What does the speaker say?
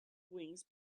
wings